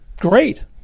Great